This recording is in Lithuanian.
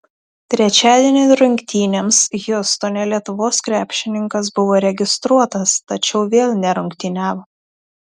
trečiadienio rungtynėms hjustone lietuvos krepšininkas buvo registruotas tačiau vėl nerungtyniavo